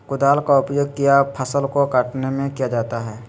कुदाल का उपयोग किया फसल को कटने में किया जाता हैं?